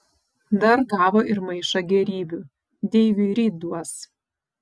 dar gavo ir maišą gėrybių deiviui ryt duos